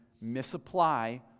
misapply